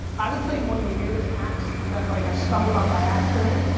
i would tell you one of the weirdest hacks that like i stumbled on by accident,